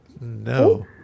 No